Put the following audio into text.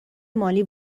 مالی